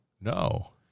No